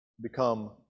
become